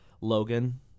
Logan